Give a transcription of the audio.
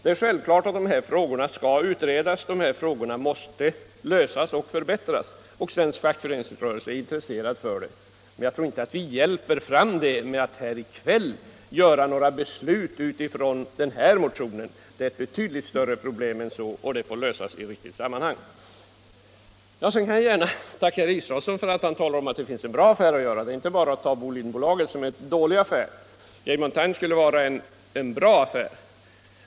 Det är självklart att dessa frågor skall utredas och lösas för att uppnå förbättringar. Svensk fackföreningsrörelse är också intresserad av det. Men jag tror inte att vi gör saken bättre genom att här i kväll fatta några beslut utifrån denna motion. Det är ett betydligt större problem än så, och det får lösas i rätt sammanhang. Jag vill gärna tacka herr Israelsson för att han talade om att det finns en bra affär att göra, nämligen att förstatliga Vieille Montagne.